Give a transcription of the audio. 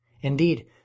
Indeed